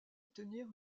obtenir